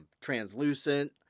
Translucent